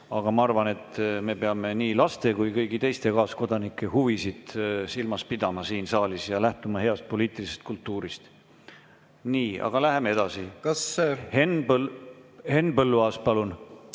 aga ma arvan, et me peame nii laste kui kõigi teiste kaaskodanike huvisid silmas pidama siin saalis ja lähtuma heast poliitilisest kultuurist. Aga läheme edasi. Henn Põlluaas, palun!